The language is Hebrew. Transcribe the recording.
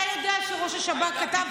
אתה יודע שראש השב"כ כתב,